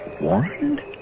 Warned